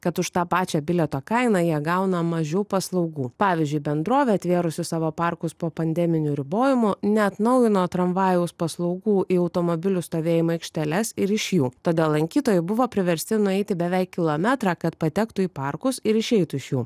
kad už tą pačią bilieto kainą jie gauna mažiau paslaugų pavyzdžiui bendrovė atvėrusi savo parkus po pandeminių ribojimų neatnaujino tramvajaus paslaugų į automobilių stovėjimo aikšteles ir iš jų todėl lankytojai buvo priversti nueiti beveik kilometrą kad patektų į parkus ir išeitų iš jų